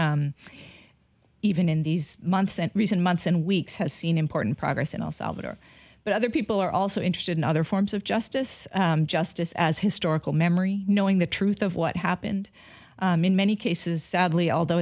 even in these months and recent months and weeks has seen important progress in el salvador but other people are also interested in other forms of justice justice as historical memory knowing the truth of what happened in many cases sadly although